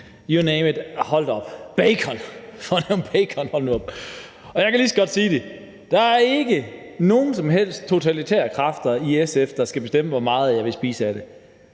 you name it – hold da op! Og bacon – hold nu op! Og jeg kan lige så godt sige det, som det er: Der er ikke nogen som helst totalitære kræfter i SF, der skal bestemme, hvor meget jeg vil spise af det.